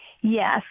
Yes